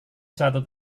suatu